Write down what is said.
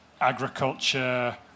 agriculture